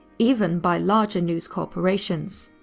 even by larger news corporations.